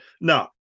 No